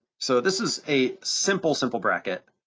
so this is a simple, simple bracket.